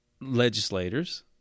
legislators